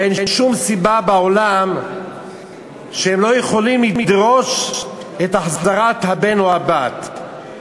אין שום סיבה בעולם שהם לא יכולים לדרוש את החזרת הבן או הבת.